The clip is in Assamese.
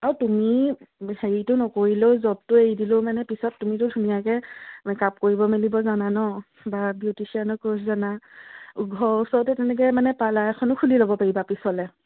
আৰু তুমি হেৰিটো নকৰিলেও জবটো এৰি দিলেও মানে পিছত তুমিতো ধুনীয়াকে মেক আপ কৰিব মেলিব জানা ন বা বিউটিচিয়ানৰ ক'ৰ্ছ জানা ঘৰৰ ওচৰতে তেনেকে মানে পাৰ্লাৰ এখনো খুলি ল'ব পাৰিবা পিছলে